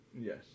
Yes